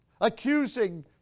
accusing